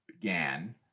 began